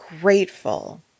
grateful